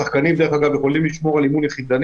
השחקנים יכולים לשמור על אימון יחידני